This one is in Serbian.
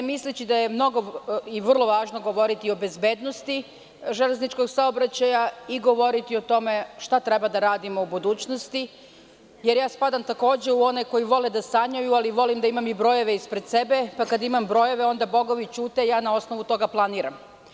Misleći da je mnogo i vrlo važno govoriti o bezbednosti železničkog saobraćaja i govoriti o tome šta treba da radimo u budućnosti, jer takođe spadam u one koji vole da sanjaju ali volim da imam i brojeve ispred sebe, pa kada imam brojeve onda bogovi ćute i ja na osnovu toga planiram.